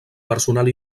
personal